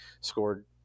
scored